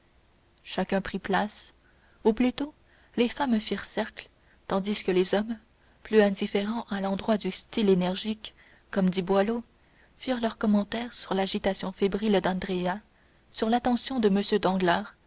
chacun prit place ou plutôt les femmes firent cercle tandis que les hommes plus indifférents à l'endroit du style énergique comme dit boileau firent leurs commentaires sur l'agitation fébrile d'andrea sur l'attention de